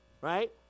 Right